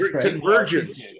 Convergence